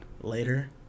Later